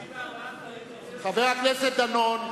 חבר הכנסת דנון,